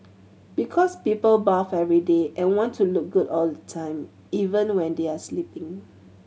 because people bath every day and want to look good all the time even when they are sleeping